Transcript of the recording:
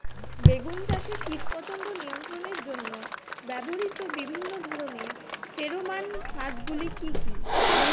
বেগুন চাষে কীটপতঙ্গ নিয়ন্ত্রণের জন্য ব্যবহৃত বিভিন্ন ধরনের ফেরোমান ফাঁদ গুলি কি কি?